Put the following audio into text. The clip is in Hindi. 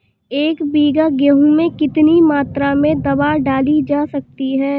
एक बीघा गेहूँ में कितनी मात्रा में दवा डाली जा सकती है?